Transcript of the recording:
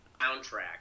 soundtrack